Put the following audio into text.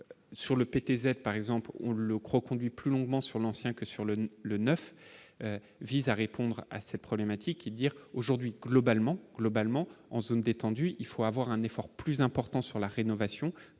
sur le PTZ par exemple, on le croit conduit plus longuement sur l'ancien que sur le le 9 vise à répondre à cette problématique dire aujourd'hui globalement, globalement en zone détendue, il faut avoir un effort plus important sur la rénovation